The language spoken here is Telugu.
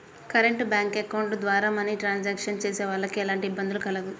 కరెంట్ బ్యేంకు అకౌంట్ ద్వారా మనీ ట్రాన్సాక్షన్స్ చేసేవాళ్ళకి ఎలాంటి ఇబ్బంది కలగదు